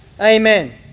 Amen